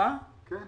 מהם